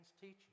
teaching